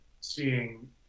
seeing